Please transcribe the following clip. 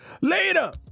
Later